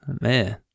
Man